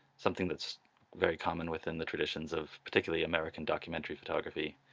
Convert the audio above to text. something that's very common within the traditions of particularly american documentary photography.